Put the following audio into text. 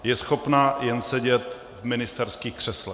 Je schopna jen sedět v ministerských křeslech.